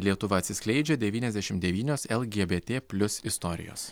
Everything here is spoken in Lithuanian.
lietuva atsiskleidžia devyniasdešim devynios lgbt plius istorijos